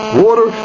water